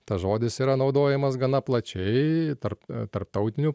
tas žodis yra naudojamas gana plačiai tarp tarptautinių